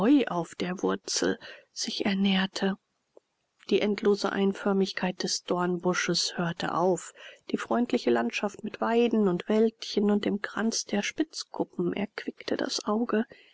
auf der wurzel sich ernährte die endlose einförmigkeit des dornbusches hörte auf die freundliche landschaft mit weiden und wäldchen und dem kranz der spitzkuppen erquickte das auge